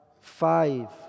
five